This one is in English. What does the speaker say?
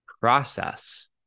process